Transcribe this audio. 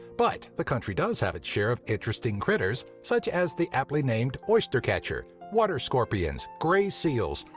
but the country does have its share of interesting critters such as the aptly named oystercatcher, water scorpions, grey seals,